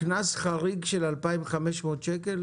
קנס חריג של 2,500 שקל.